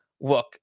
look